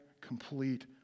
complete